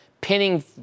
pinning